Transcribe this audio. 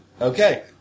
Okay